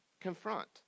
confront